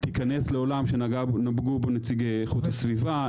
היא תיכנס לעולם שנגעו בו נציגי איכות הסביבה.